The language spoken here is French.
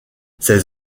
ses